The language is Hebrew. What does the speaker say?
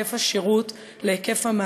היקף השעות השבועיות.